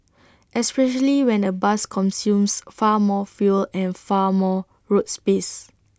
especially when A bus consumes far more fuel and far more road space